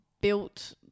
built